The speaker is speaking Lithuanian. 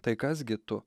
tai kas gi tu